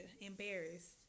embarrassed